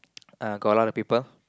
uh got a lot of people